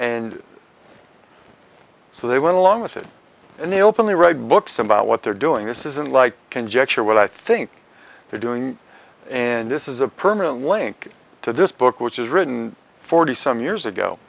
and so they went along with it and they openly read books about what they're doing this isn't like conjecture what i think they're doing and this is a permanent link to this book which is written forty some years ago